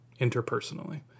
interpersonally